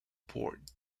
port